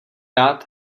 rád